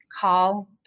call